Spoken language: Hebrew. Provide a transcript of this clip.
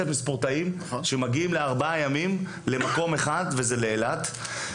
אלפים ספורטאים שמגיעים למשך ארבעה ימים למקום אחד: לאילת.